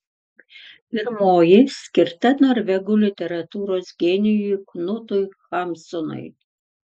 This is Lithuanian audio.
pirmoji skirta norvegų literatūros genijui knutui hamsunui